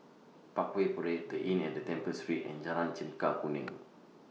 Parkway Parade The Inn At Temple Street and Jalan Chempaka Kuning